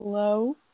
Hello